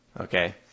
Okay